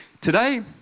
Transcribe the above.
today